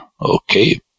Okay